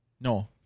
No